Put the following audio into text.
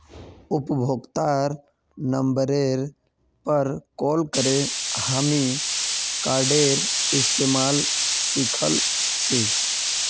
उपभोक्तार नंबरेर पर कॉल करे हामी कार्डेर इस्तमाल सिखल छि